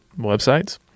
websites